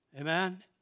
Amen